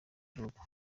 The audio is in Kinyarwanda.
gihugu